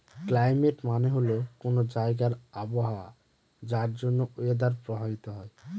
climate মানে হল কোনো জায়গার আবহাওয়া যার জন্য ওয়েদার প্রভাবিত হয়